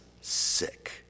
sick